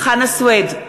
חנא סוייד,